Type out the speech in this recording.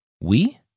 We